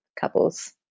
couples